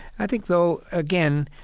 i think, though, again,